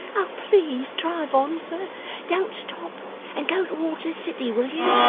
oh please drive on, sir don't stop and go towards the city, will you?